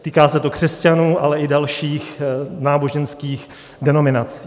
Týká se to křesťanů, ale i dalších náboženských denominací.